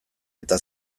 eta